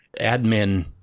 admin